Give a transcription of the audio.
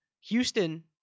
Houston